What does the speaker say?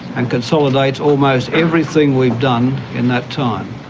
and consolidates almost everything we've done in that time.